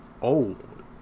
old